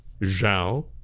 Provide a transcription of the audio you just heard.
Zhao